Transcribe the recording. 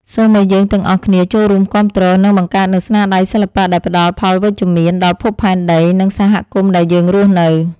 សូមឱ្យយើងទាំងអស់គ្នាចូលរួមគាំទ្រ និង បង្កើតនូវស្នាដៃសិល្បៈដែលផ្ដល់ផលវិជ្ជមានដល់ភពផែនដី និង សហគមន៍ដែលយើងរស់នៅ។